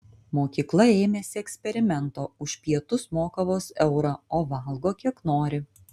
mokykla ėmėsi eksperimento už pietus moka vos eurą o valgo kiek nori